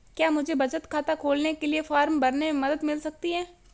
क्या मुझे बचत खाता खोलने के लिए फॉर्म भरने में मदद मिल सकती है?